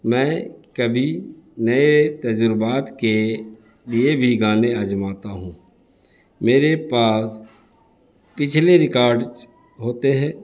میں کبھی نئے تجربات کے لیے بھی گانے آزماتا ہوں میرے پاس پچھلے ریکارڈس ہوتے ہیں